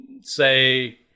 say